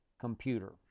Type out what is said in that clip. computer